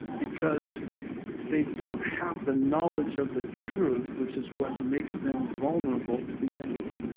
because they don't have the knowledge of the truth, which is what makes them vulnerable to begin with.